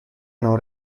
non